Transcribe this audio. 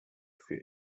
für